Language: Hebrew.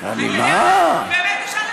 ממה?